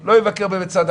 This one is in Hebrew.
לא נפתר.